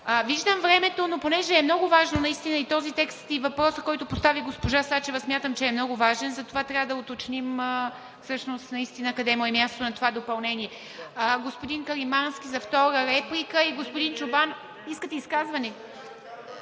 Виждам времето, но тъй като е много важно наистина – и този текст, и въпросът, който постави госпожа Сачева, смятам, че е много важен, затова трябва да уточним всъщност наистина къде му е мястото на това допълнение. Господин Каримански за втора реплика и господин Чобанов. (Народният